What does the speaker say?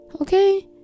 Okay